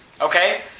Okay